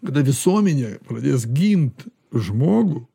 kada visuomenė pradės gint žmogų